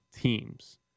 teams